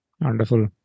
Wonderful